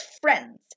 friends